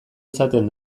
izaten